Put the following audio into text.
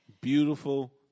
Beautiful